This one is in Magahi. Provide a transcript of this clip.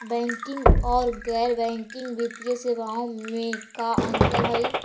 बैंकिंग और गैर बैंकिंग वित्तीय सेवाओं में का अंतर हइ?